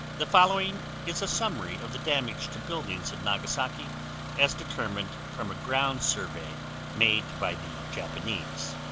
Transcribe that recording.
the following is a summary of the damage to buildings in nagasaki as determined from a ground survey made by the japanese